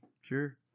sure